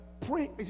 Pray